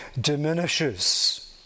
diminishes